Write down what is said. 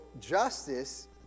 justice